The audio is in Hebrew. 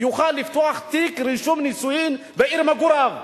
יוכל לפתוח תיק רישום נישואים בעיר מגוריו.